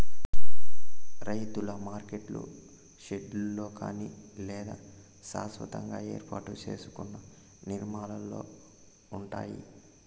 రైతుల మార్కెట్లు షెడ్లలో కానీ లేదా శాస్వతంగా ఏర్పాటు సేసుకున్న నిర్మాణాలలో ఉంటాయి